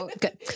good